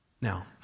Now